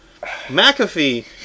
McAfee